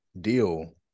deal